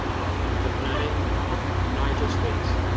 the planning of niger state.